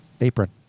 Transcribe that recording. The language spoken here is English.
apron